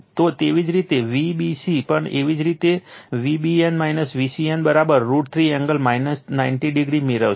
તો એવી જ રીતે Vbc પણ એવી જ રીતે Vbn Vcn root 3 angle 90 o મેળવશે